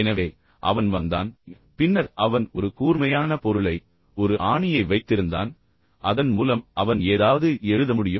எனவே அவன் வந்தான் பின்னர் அவன் ஒரு கூர்மையான பொருளை ஒரு ஆணியை வைத்திருந்தான் அதன் மூலம் அவன் ஏதாவது எழுத முடியும்